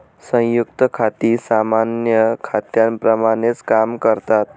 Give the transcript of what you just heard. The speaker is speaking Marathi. संयुक्त खाती सामान्य खात्यांप्रमाणेच काम करतात